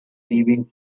leaving